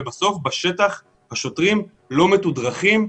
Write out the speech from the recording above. ובסוף בשטח השוטרים לא מתודרכים.